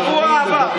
מה יהיה בשבוע הבא?